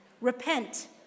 repent